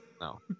No